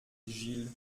gille